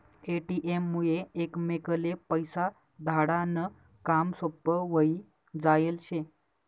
ATM मुये एकमेकले पैसा धाडा नं काम सोपं व्हयी जायेल शे